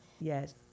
yes